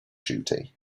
duty